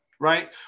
right